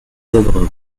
œuvres